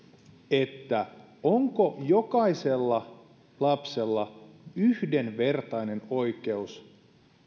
onko jokaisella lapsella yhdenvertainen oikeus